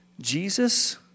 Jesus